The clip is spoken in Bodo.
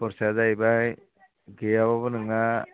खरसाया जाहैबाय गैयाबाबो नोंना